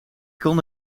kon